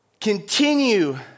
Continue